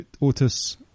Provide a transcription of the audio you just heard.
Otis